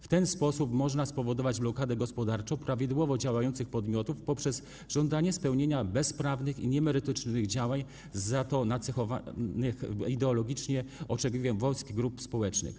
W ten sposób można spowodować blokadę gospodarczą prawidłowo działających podmiotów poprzez żądanie wykonania bezprawnych i niemerytorycznych działań oraz spełnienia nacechowanych ideologicznie oczekiwań wąskich grup społecznych.